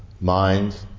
mind